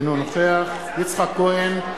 אינו נוכח יצחק כהן,